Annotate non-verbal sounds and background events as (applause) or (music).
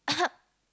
(coughs)